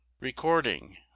Recording